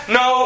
no